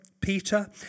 peter